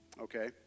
okay